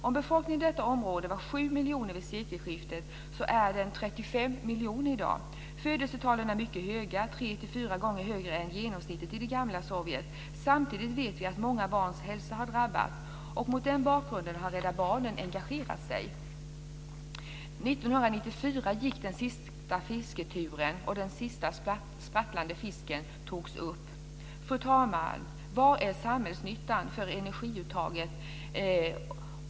Om befolkningen i detta område var 7 miljoner vid sekelskiftet är den 35 miljoner i dag. Födelsetalen är mycket höga, 3-4 gånger högre än genomsnittet i det gamla Sovjet. Samtidigt vet vi att många barns hälsa har drabbats. Och mot den bakgrunden har Rädda Barnen engagerat sig. 1994 gick den sista fisketuren och den sista sprattlande fisken drogs upp. Fru talman! Vad var samhällsnyttan med energiuttaget?